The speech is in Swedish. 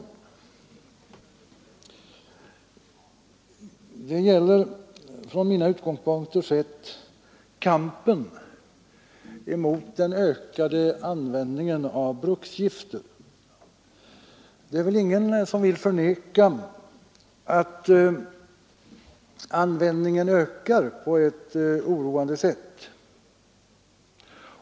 Från mina utgångspunkter gäller det kampen mot den ökade användningen av bruksgifter. Ingen förnekar väl att användningen ökar på ett oroande sätt.